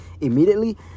immediately